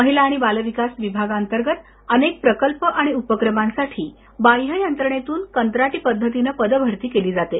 महिला आणि बालविकास विभागाअंतर्गत अनेक प्रकल्प उपक्रमांसाठी बाह्ययंत्रणेतून कंत्राटी पद्धतीने पदभरती केली जाते